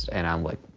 and i'm like,